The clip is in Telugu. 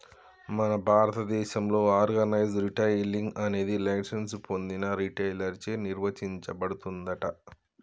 మన భారతదేసంలో ఆర్గనైజ్ రిటైలింగ్ అనేది లైసెన్స్ పొందిన రిటైలర్ చే నిర్వచించబడుతుందంట